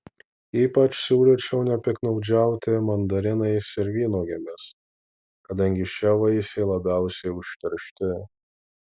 ypač siūlyčiau nepiktnaudžiauti mandarinais ir vynuogėmis kadangi šie vaisiai labiausiai užteršti